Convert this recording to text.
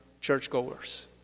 churchgoers